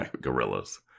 gorillas